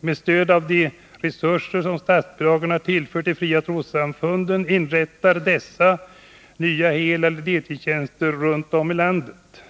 Med stöd av de resurser som statsbidragen har tillfört de fria trossamfunden inrättar dessa nya heleller deltidstjänster runt om i landet.